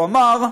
הוא אמר: